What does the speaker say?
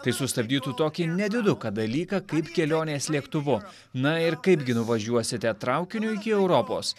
tai sustabdytų tokį nediduką dalyką kaip kelionės lėktuvu na ir kaip gi nuvažiuosite traukiniu iki europos